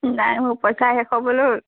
নাই মোৰ পইচা শেষ হয় গ'লও